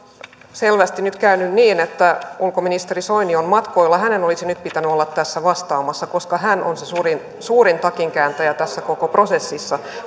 selvästi nyt käynyt niin että ulkoministeri soini on matkoilla vaikka hänen olisi nyt pitänyt olla tässä vastaamassa koska hän on se suurin suurin takinkääntäjä tässä koko prosessissa